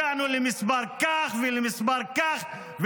הגענו למספר כך ולמספר כך.